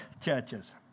churches